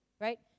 right